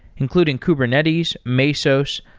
including kubernetes, mesos,